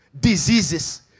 diseases